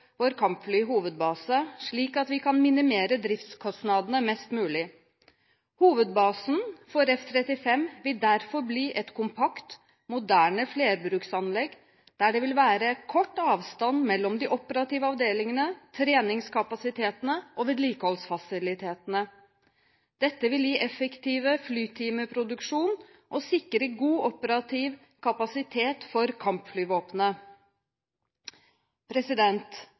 vår hovedbase for kampfly, slik at vi kan minimere driftskostnadene mest mulig. Hovedbasen for F-35 vil derfor bli et kompakt, moderne flerbruksanlegg, der det vil være kort avstand mellom de operative avdelingene, treningskapasitetene og vedlikeholdsfasilitetene. Dette vil gi effektiv flytimeproduksjon og sikre god operativ kapasitet for